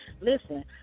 listen